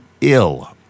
ill